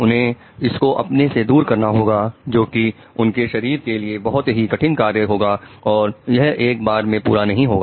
उन्हें इसको अपने से दूर करना होगा जो कि उनके शरीर के लिए बहुत ही कठिन कार्य होगा और यह एक बार में पूरा नहीं होगा